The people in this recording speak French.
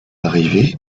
arriver